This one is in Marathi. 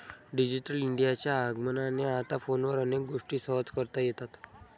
डिजिटल इंडियाच्या आगमनाने आता फोनवर अनेक गोष्टी सहज करता येतात